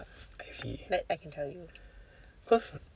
I see cause